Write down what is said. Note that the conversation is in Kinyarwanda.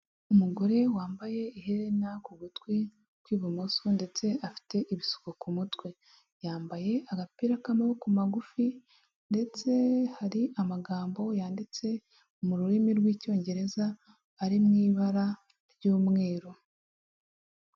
Umugore wambaye iherena ku gutwi kw'ibumoso ndetse afite ibisuko ku mutwe, yambaye agapira k'amaboko magufi ndetse hari amagambo yanditse mu rurimi rw'icyongereza ari mu ibara ry'umweru.